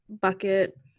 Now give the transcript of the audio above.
bucket